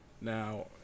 Now